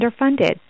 underfunded